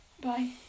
Bye